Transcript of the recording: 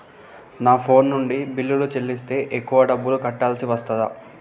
నా ఫోన్ నుండి బిల్లులు చెల్లిస్తే ఎక్కువ డబ్బులు కట్టాల్సి వస్తదా?